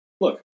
Look